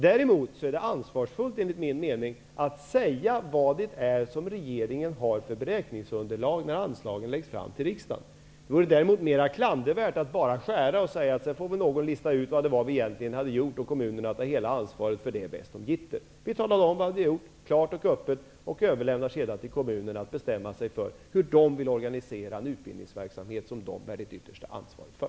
Däremot är det enligt min mening ansvarsfullt att säga vilket beräkningsunderlag regeringen har när anslagen läggs fram till riksdagen. Det vore mera klandervärt att bara skära och säga att någon får lista ut vad vi egentligen har gjort och kommunerna får ta hela ansvaret bäst de gitter. Vi talar klart och öppet om vad vi har gjort och överlämnar sedan till kommunerna att bestämma sig för hur de vill organisera den utbildningsverksamhet som de bär det yttersta ansvaret för.